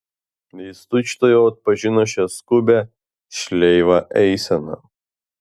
jis tučtuojau atpažino šią skubią šleivą eiseną